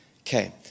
Okay